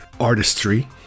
artistry